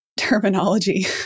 terminology